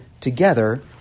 together